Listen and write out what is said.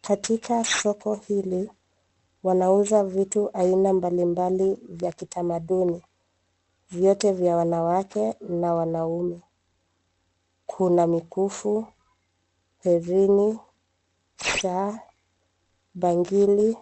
Katika soko hili, wanauza vitu aina mbalimbali vya kitamaduni. Vyote vya wanawake na wanaume. Kuna mikufu, herini, saa, bangili